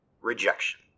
rejection